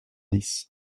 dix